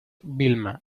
vilma